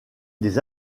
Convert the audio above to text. des